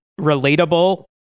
relatable